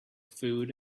food